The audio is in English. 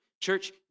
Church